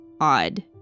odd